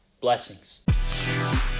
Blessings